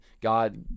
God